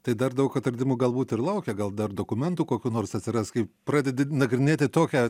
tai dar daug atradimų galbūt ir laukia gal dar dokumentų kokių nors atsiras kai pradedi nagrinėti tokią